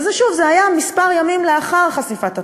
וזה, שוב, היה כמה ימים לאחר חשיפת התחקיר,